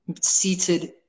seated